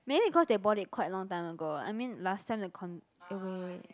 maybe because they bought it quite long time ago I mean last time the con~ eh wait